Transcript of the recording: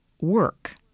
work